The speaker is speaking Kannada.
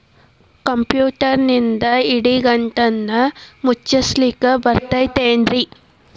ಕಂಪ್ಯೂಟರ್ನಿಂದ್ ಇಡಿಗಂಟನ್ನ ಮುಚ್ಚಸ್ಲಿಕ್ಕೆ ಬರತೈತೇನ್ರೇ?